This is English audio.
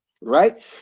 right